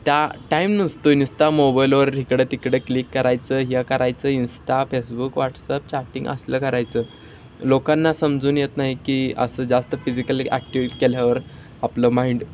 त्या टाईम नसतो नुसतं मोबाईलवर इकडं तिकडं क्लिक करायचं ह्या करायचं इंस्टा फेसबुक व्हॉट्सअप चॅटिंग असलं करायचं लोकांना समजून येत नाही की असं जास्त फिजिकली ॲक्टिव्ह केल्यावर आपलं माइंड